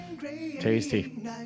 Tasty